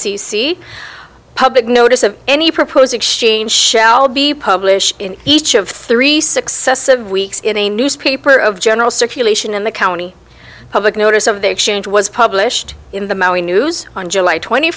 c c public notice of any propose exchange shall be published in each of three successive weeks in a newspaper of general circulation in the county public notice of the exchange was published in the maui news on july twenty